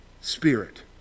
spirit